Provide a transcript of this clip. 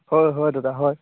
হয় হয় দাদা হয়